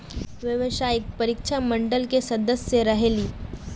व्यावसायिक परीक्षा मंडल के सदस्य रहे ली?